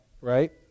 right